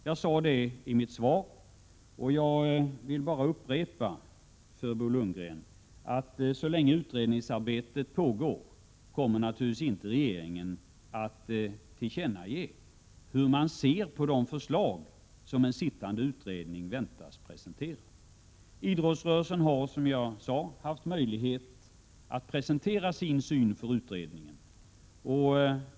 Jag sade det i mitt svar, och jag vill bara upprepa för Bo Lundgren att så länge utredningsarbetet pågår kommer regeringen naturligtvis inte att ge till känna hur den ser på de förslag som en sittande utredning kan väntas presentera. Idrottsrörelsen Prot. 1987/: 88:125 har, som jag sade i svaret, haft möjligheter att presentera sin syn för 24 maj 1988 utredningen.